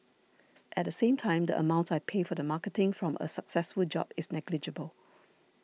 at the same time the amount I pay for the marketing from a successful job is negligible